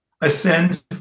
ascend